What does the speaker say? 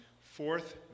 fourth